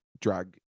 drag